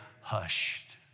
hushed